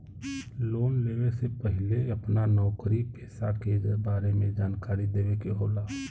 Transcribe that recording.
Loan लेवे से पहिले अपना नौकरी पेसा के बारे मे जानकारी देवे के होला?